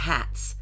Hats